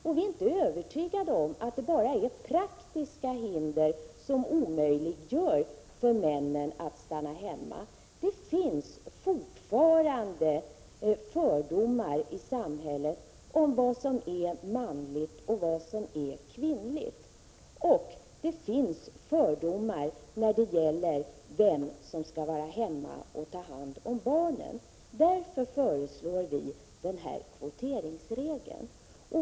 Vi är inte övertygade om att det bara är praktiska hinder som omöjliggör för männen att stanna hemma. Det finns fortfarande fördomar i samhället om vad som är manligt och vad som är kvinnligt och vem som skall vara hemma och ta hand om barnen. Därför föreslår vi den här kvoteringsregeln.